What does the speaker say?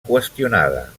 qüestionada